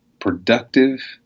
productive